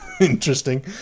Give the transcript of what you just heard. interesting